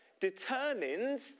determines